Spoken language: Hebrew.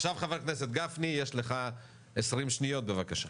עכשיו חבר הכנסת גפני, יש לך 20 שניות בבקשה.